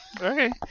Okay